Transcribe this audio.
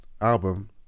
album